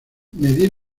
medir